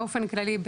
באופן כללי,